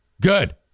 good